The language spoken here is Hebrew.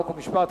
חוק ומשפט,